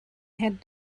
had